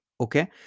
okay